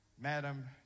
Madam